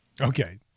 Okay